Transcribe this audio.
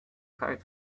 kite